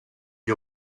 gli